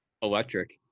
electric